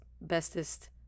bestest